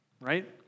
Right